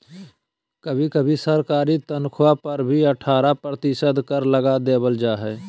कभी कभी सरकारी तन्ख्वाह पर भी अट्ठारह प्रतिशत कर लगा देबल जा हइ